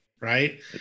Right